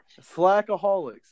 Slackaholics